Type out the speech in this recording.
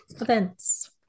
events